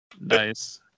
Nice